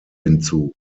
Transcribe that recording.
hinzu